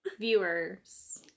viewers